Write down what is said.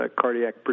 cardiac